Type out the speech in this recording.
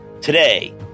Today